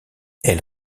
elle